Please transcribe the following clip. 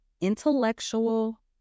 intellectual